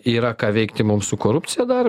yra ką veikti mums su korupcija dar